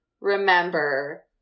remember